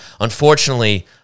Unfortunately